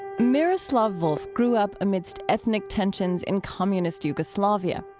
miroslav volf grew up amidst ethnic tensions in communist yugoslavia.